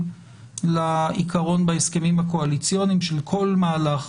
לעיקרון בהסכמים הקואליציוניים שכל מהלך